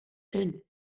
ell